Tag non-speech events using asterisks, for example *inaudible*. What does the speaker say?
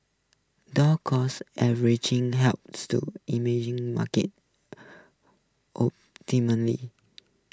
dollar cost averaging helps to *unintelligible* market *hesitation* *unintelligible*